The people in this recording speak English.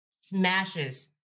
smashes